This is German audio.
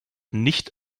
nicht